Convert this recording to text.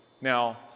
Now